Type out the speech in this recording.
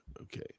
okay